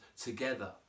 together